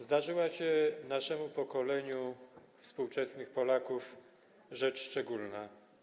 Zdarzyła się naszemu pokoleniu współczesnych Polaków rzecz szczególna.